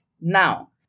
Now